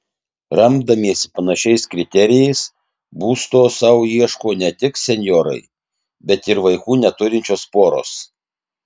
remdamiesi panašiais kriterijais būsto sau ieško ne tik senjorai bet ir vaikų neturinčios poros